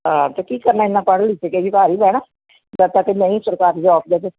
ਹਾਂ ਤਾਂ ਕੀ ਕਰਨਾ ਇੰਨਾਂ ਪੜ੍ਹ ਲਿਖ ਕੇ ਵੀ ਘਰ ਹੀ ਬਹਿਣਾ ਜਦ ਤੱਕ ਨਹੀਂ ਸਰਕਾਰ ਜੋਬ ਦੇਵੇ